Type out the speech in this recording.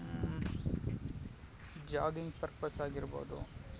jogging purpose ಆಗಿರ್ಬೋದು